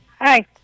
Hi